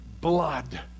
Blood